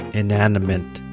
inanimate